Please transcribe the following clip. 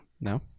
No